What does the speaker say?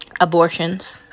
abortions